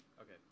Okay